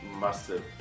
massive